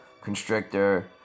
Constrictor